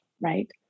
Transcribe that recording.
Right